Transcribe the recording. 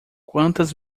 quantas